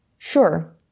Sure